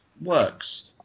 works